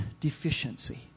deficiency